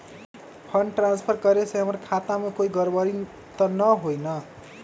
Fund transfer करे से हमर खाता में कोई गड़बड़ी त न होई न?